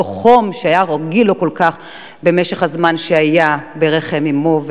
אותו חום שהוא היה רגיל לו כל כך במשך הזמן שהיה ברחם אמו.